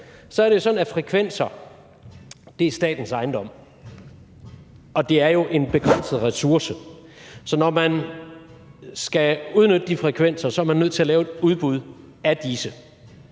er det jo sådan, at frekvenser er statens ejendom, og det er jo en begrænset ressource. Så når man skal udnytte de frekvenser, er man nødt til at lave et udbud af disse.